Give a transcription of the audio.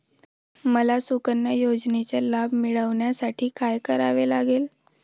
मला सुकन्या योजनेचा लाभ मिळवण्यासाठी काय करावे लागेल?